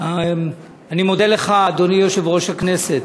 אני מודה לך, אדוני יושב-ראש הכנסת.